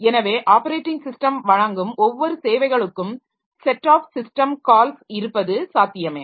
எனவே operating system வழங்கும் ஒவ்வொரு சேவைகளுக்கும் ஸெட் ஆஃப் சிஸ்டம் கால்ஸ் இருப்பது சாத்தியமே